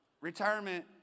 retirement